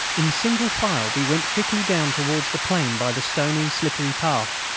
in single file we went quickly down towards the plain by the stony, slippery path.